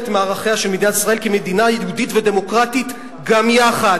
מערכיה של מדינת ישראל כמדינה יהודית ודמוקרטית גם יחד.